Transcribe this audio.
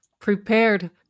prepared